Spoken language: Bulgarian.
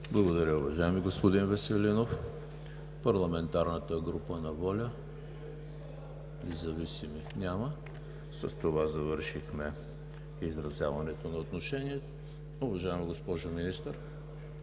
Благодаря, уважаеми господин Веселинов. Парламентарната група на ВОЛЯ? Няма. Независими? Няма. С това завършихме изразяването на отношение. Уважаема госпожо Министър,